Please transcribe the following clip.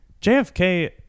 JFK